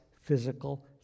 physical